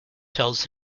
tells